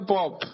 Bob